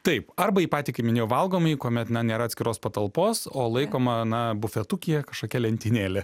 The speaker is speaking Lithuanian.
taip arba į patį kaip minėjau valgomąjį kuomet na nėra atskiros patalpos o laikoma na bufetukyje kažkokia lentynėlė